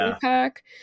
pack